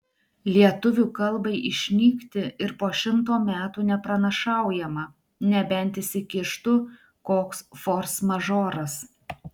lietuvių kalbai išnykti ir po šimto metų nepranašaujama nebent įsikištų koks forsmažoras